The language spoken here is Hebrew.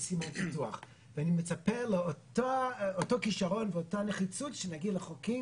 ואני מצפה לאותו כישרון ואותה נחישות כשנגיע לחוקים